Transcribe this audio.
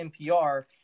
NPR